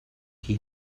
qui